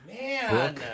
Man